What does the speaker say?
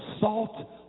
salt